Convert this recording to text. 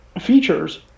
features